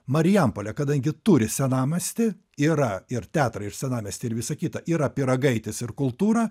marijampolė kadangi turi senamiestį yra ir teatrai ir senamiestis ir visa kita yra pyragaitis ir kultūrą